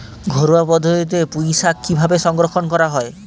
ঘরোয়া পদ্ধতিতে পুই শাক কিভাবে সংরক্ষণ করা হয়?